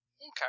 Okay